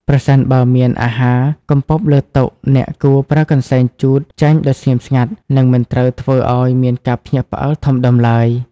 ប្រសិនបើមានអាហារកំពប់លើតុ អ្នកគួរប្រើកន្សែងជូតចេញដោយស្ងៀមស្ងាត់ និងមិនត្រូវធ្វើឱ្យមានការភ្ញាក់ផ្អើលធំដុំឡើយ។